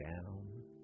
down